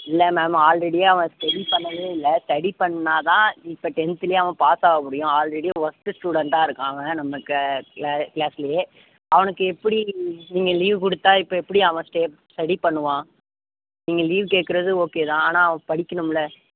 இல்லை ma'am already அவன் study பண்ணவே இல்லை ஸ்டடி பண்ணிணாதான் இப்போ டென்த்லேயும் அவன் பாஸ் ஆக முடியும் ஆல்ரெடி ஒஸ்டு ஸ்டெண்ட்டாக இருக்கான் அவன் நமக்கு கிளாஸ்லேயே அவனுக்கு எப்படி நீங்கள் லீவு கொடுத்தா இப்போ எப்படி அவன் ஸ்டே ஸ்டடி பண்ணுவான் நீங்கள் லீவு கேட்குறது ஓகேதான் ஆனால் அவன் படிக்கணுமில